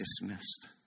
dismissed